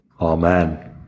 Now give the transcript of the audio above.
Amen